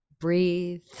breathe